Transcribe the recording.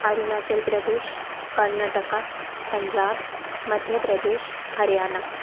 Arunachal Pradesh Karnataka Punjab Madhya Pradesh Haryana